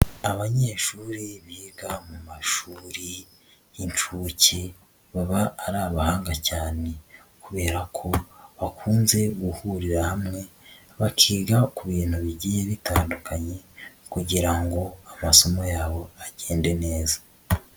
Abanyeshuri biga mu mashuri y'inshuke baba ari abahanga cyane, kubera ko bakunze guhurira hamwe bakiga ku bintu bigiye bitandukanye kugira ngo amasomo yabo agende neza.